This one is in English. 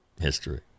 history